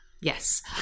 Yes